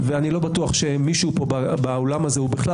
ואני לא בטוח שמישהו באולם הזה או בכלל